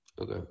Okay